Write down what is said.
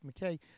McKay